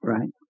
Right